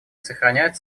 сохраняет